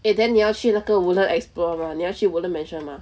eh then 你要去那个 woodland explore mah 你要去 woodland mansion mah